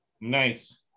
Nice